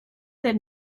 del